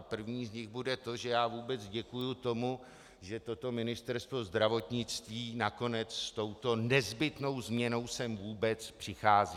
První z nich bude to, že já vůbec děkuju tomu, že toto Ministerstvo zdravotnictví nakonec s touto nezbytnou změnou sem vůbec přichází.